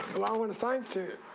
allowing assigned to